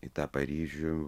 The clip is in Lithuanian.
į tą paryžių